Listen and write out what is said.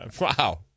Wow